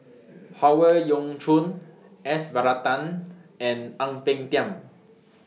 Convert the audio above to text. Howe Yoon Chong S Varathan and Ang Peng Tiam